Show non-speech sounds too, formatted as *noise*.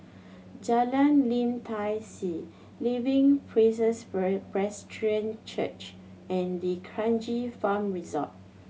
Jalan Lim Tai See Living Praises *unintelligible* Presbyterian Church and D'Kranji Farm Resort